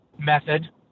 method